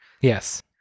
Yes